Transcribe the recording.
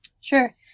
sure